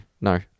no